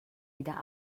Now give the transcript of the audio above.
wieder